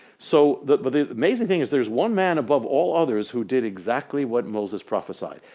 so the amazing thing is there is one man above all others who did exactly what moses prophesied.